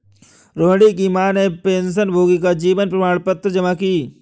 रोहिणी की माँ ने पेंशनभोगी का जीवन प्रमाण पत्र जमा की